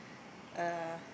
uh